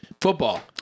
Football